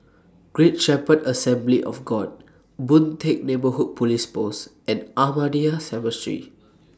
Great Shepherd Assembly of God Boon Teck Neighbourhood Police Post and Ahmadiyya Cemetery